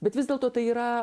bet vis dėlto tai yra